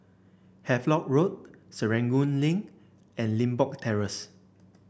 Havelock Road Serangoon Link and Limbok Terrace